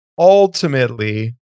Ultimately